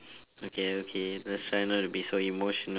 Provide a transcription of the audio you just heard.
okay okay let's try not to be so emotional